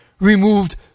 removed